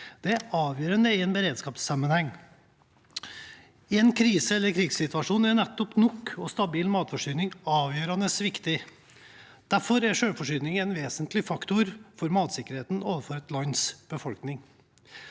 Det er avgjørende i en beredskapssammenheng. I en krise- eller krigssituasjon er nettopp nok og stabil matforsyning avgjørende viktig. Derfor er selvforsyning en vesentlig faktor for matsikkerheten for et lands befolkning.